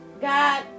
God